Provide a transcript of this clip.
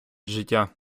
життя